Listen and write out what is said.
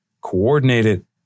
coordinated